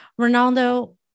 Ronaldo